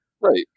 Right